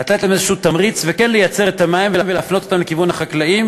לתת להם איזשהו תמריץ וכן לייצר את המים ולהפנות אותם לכיוון החקלאים